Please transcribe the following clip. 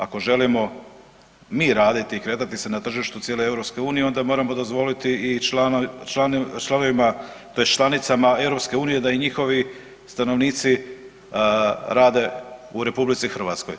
Ako želimo mi raditi i kretati se na tržištu cijele EU onda moramo dozvoliti i članovima, tj. članicama EU da i njihovi stanovnici rade u RH.